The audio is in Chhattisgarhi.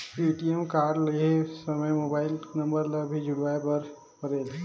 ए.टी.एम कारड लहे समय मोबाइल नंबर ला भी जुड़वाए बर परेल?